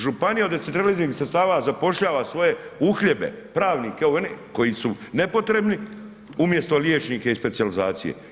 Županija od decentraliziranih sredstava zapošljava svoje uhljebe, pravnike, ove, one koji su nepotrebni, umjesto liječnike i specijalizacije.